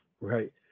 right